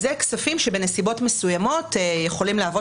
אלה כספים שבנסיבות מסוימות יכולים להוות